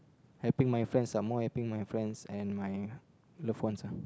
helping my friends ah more helping my friends and my loved ones ah